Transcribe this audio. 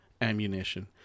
ammunition